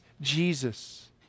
Jesus